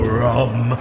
rum